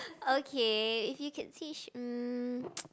okay he could teach mm